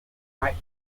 might